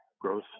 growth